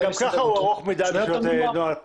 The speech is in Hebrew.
גם כך הוא ארוך מדי בשביל נוהל פשוט.